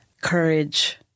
courage